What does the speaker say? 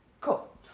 Cool